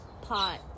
pot